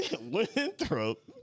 Winthrop